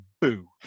Boo